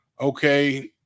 Okay